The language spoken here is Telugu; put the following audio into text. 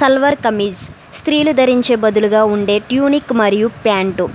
సల్వార్ కమీజ్ స్త్రీలు ధరించే బదులుగా ఉండే ట్యూనిక్ మరియు ప్యాంటు